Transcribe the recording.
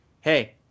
Hey